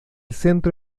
centro